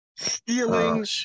stealing